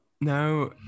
No